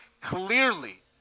clearly